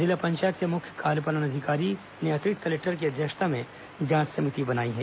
जिला पंचायत के मुख्य कार्यपालन अधिकारी ने अतिरिक्त कलेक्टर की अध्यक्षता में जांच कमेटी बनाई है